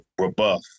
rebuff